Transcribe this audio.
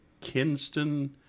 Kinston